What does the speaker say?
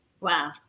Wow